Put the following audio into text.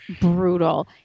brutal